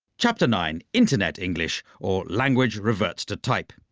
chapter nine internet english or language reverts to type.